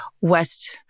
West